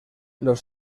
los